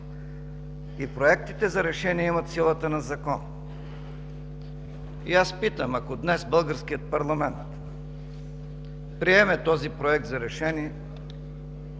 и проектите за решения имат силата на закон. И аз питам: ако днес българският парламент приеме този Проект за решение,